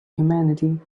humanity